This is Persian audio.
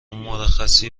مرخصی